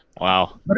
wow